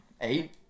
eight